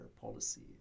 policy